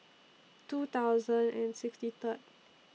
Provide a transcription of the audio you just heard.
two thousand and sixty Third